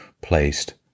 placed